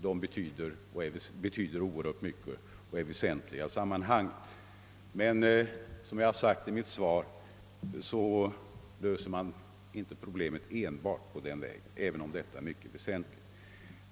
De betyder mycket och är väsentliga i sammanhanget. Men, som jag sagt i mitt svar, man löser inte problemet enbart på den vägen även om den är mycket väsentlig.